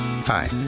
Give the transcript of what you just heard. Hi